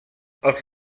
als